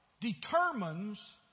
determines